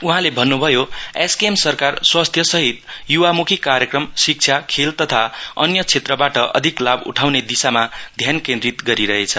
उहाँले भन्नुभयो एसकेएम सरकार स्वास्थ्य सहित युवामुखि कार्यक्रम शिक्षा खेल तथा अन्य क्षेत्रबाट अधिक लाभ उठाउने दिशामा ध्यान केन्द्रित गरिरहेछ